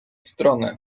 strony